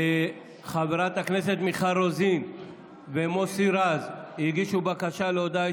חברי הכנסת מיכל רוזין ומוסי רז הגישו בקשה להודעה